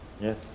Yes